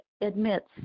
admits